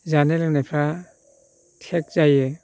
जानो लोंनायफ्रा थेक जायो